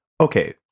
Okay